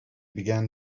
began